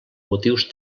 motius